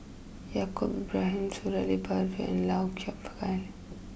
Yaacob Ibrahim Suradi Parjo and Lau Chiap Khai